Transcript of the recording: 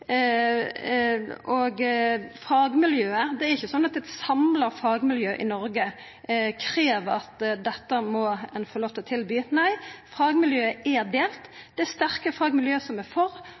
det er ikkje slik at eit samla fagmiljø i Noreg krev at dette må ein få lov til å tilby. Nei, fagmiljøet er delt – det er sterke fagmiljø som er for,